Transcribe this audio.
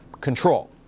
control